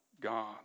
God